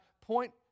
point